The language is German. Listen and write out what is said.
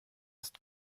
ist